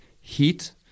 heat